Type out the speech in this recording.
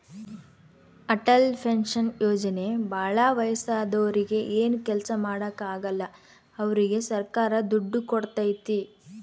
Atal pension ಯೋಜನೆ ಭಾಳ ವಯಸ್ಸಾದೂರಿಗೆ ಏನು ಕೆಲ್ಸ ಮಾಡಾಕ ಆಗಲ್ಲ ಅವ್ರಿಗೆ ಸರ್ಕಾರ ದುಡ್ಡು ಕೋಡ್ತೈತಿ